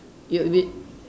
you would been